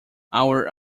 our